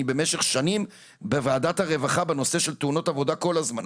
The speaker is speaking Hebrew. במשך שנים בוועדת הרווחה בנושא של תאונות עבודה כל הזמן,